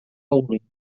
hauling